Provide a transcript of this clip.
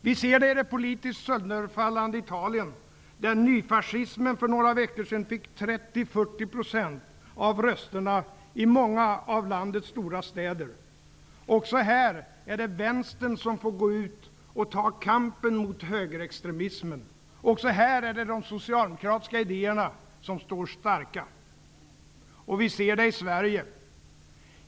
Vi ser det i det politiskt sönderfallande Italien, där nyfascismen för några veckor sedan fick 30--40 % av rösterna i många av landets stora städer. Också här är det vänstern som får gå ut och ta kampen mot högerextremismen. Också här är det de socialdemokratiska idéerna som står starka. Och vi ser det i Sverige.